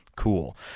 cool